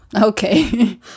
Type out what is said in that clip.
okay